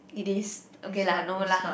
it is okay lah no lah